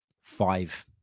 five